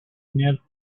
knelt